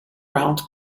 round